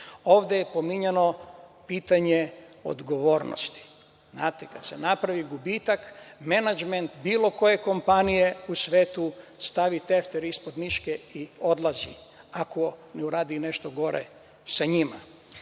Ovde je pominjano pitanje odgovornosti. Znate kada se napravi gubitak, menadžment bilo koje kompanije u svetu stavi tefter ispod miške i odlazi, ako ne uradi nešto gore sa njima. Slična